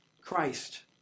Christ